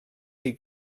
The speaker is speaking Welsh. chi